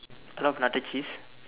a lot of natachis